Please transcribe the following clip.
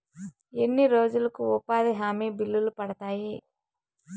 ఎన్ని రోజులకు ఉపాధి హామీ బిల్లులు పడతాయి?